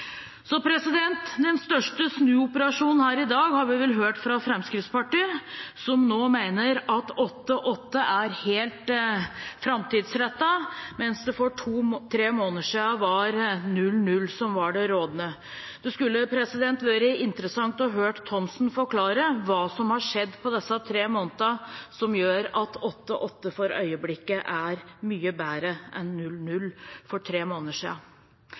Så den største snuoperasjonen her i dag har vi vel hørt Fremskrittspartiet gjøre, som nå mener at 8–8 er helt framtidsrettet, mens det for to–tre måneder siden var 0–0 som var det rådende. Det skulle vært interessant å høre Thomsen forklare hva som har skjedd på disse tre månedene som gjør at 8–8 for øyeblikket er mye bedre enn 0–0 for tre måneder